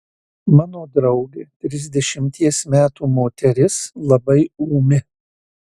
mano draugė trisdešimties metų moteris labai ūmi